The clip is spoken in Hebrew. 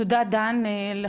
תודה דן.